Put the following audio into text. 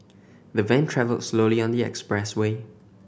the van travelled slowly on the express way